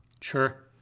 sure